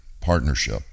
partnership